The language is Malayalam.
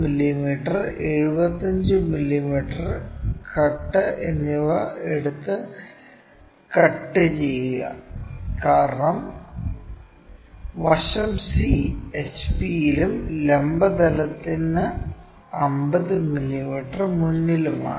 50 mm 75 mm കട്ട് എന്നിവ എടുത്തു കട്ട് ചെയ്യുക കാരണം വശം c HP യിലും ലംബ തലത്തിന് 50 മില്ലിമീറ്റർ മുന്നിലുമാണ്